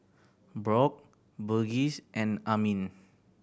Brock Burgess and Amin